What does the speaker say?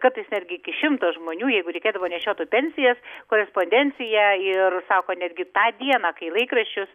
kartais netgi iki šimto žmonių jeigu reikėdavo nešiotu pensijas korespondenciją ir sako netgi tą dieną kai laikraščius